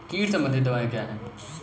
कीट संबंधित दवाएँ क्या हैं?